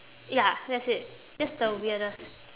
ya that's it that's the weirdest